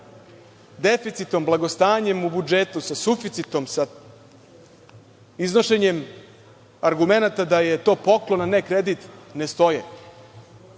deficitom, blagostanjem u budžetu, sa suficitom, sa iznošenjem argumenata da je to poklon, a ne kredit ne stoje.